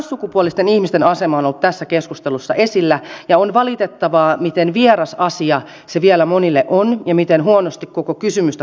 transsukupuolisten ihmisten asema on ollut tässä keskustelussa esillä ja on valitettavaa miten vieras asia se vielä monille on ja miten huonosti koko kysymystä tunnetaan